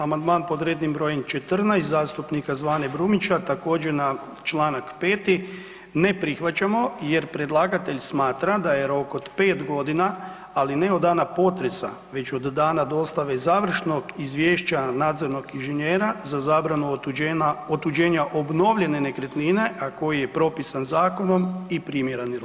Amandman pod rednim brojem 14 zastupnika Zvane Brumnića također na čl. 5. ne prihvaćamo jer predlagatelj smatra da je rok od 5 g. ali ne od dana potresa već od dana dostave završnog izvješća nadzornog inženjera za zabranu otuđenja obnovljene nekretnine a koji je propisan zakonom, i primjeren rok.